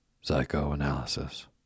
Psychoanalysis